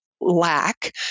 lack